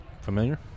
familiar